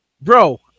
bro